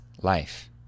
life